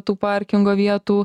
tų parkingo vietų